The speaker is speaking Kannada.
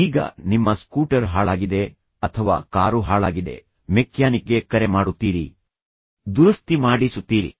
ಈಗ ನಿಮ್ಮ ಸ್ಕೂಟರ್ ಹಾಳಾಗಿದೆ ಅಥವಾ ಕಾರು ಹಾಳಾಗಿದೆ ಆದ್ದರಿಂದ ನೀವು ಮೆಕ್ಯಾನಿಕ್ಗೆ ಕರೆ ಮಾಡುತ್ತೀರಿ ಎಂದು ನಿಮಗೆ ತಿಳಿದಿದೆ ನೀವು ಅದನ್ನು ದುರಸ್ತಿ ಮಾಡಿಸುತ್ತೀರಿ